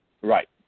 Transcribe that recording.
right